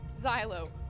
xylo